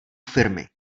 firmy